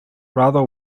rather